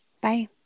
bye